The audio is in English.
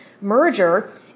merger